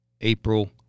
April